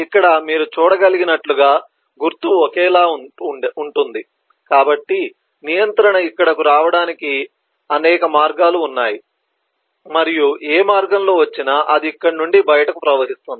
ఇక్కడ మీరు చూడగలిగినట్లుగా గుర్తు ఒకేలా ఉంటుంది కాబట్టి నియంత్రణ ఇక్కడకు రావడానికి అనేక మార్గాలు ఉన్నాయి మరియు ఏ మార్గంలో వచ్చినా అది ఇక్కడ నుండి బయటకు ప్రవహిస్తుంది